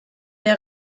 der